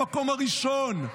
במקום הראשון,